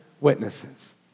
witnesses